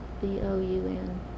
B-O-U-N